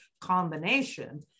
combination